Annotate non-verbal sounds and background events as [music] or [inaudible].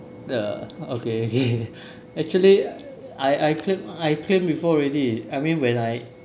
the okay [laughs] actually I I claimed I claimed before already I mean when I